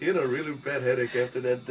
you know really bad headache after that